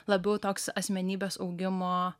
labiau toks asmenybės augimo